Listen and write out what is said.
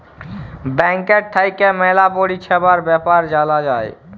ব্যাংকের থাক্যে ম্যালা পরিষেবার বেপার জালা যায়